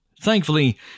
Thankfully